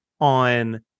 on